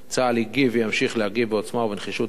צה"ל הגיב וימשיך להגיב בעוצמה ובנחישות נגד